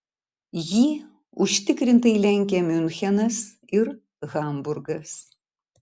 jį užtikrintai lenkia miunchenas ir hamburgas